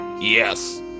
Yes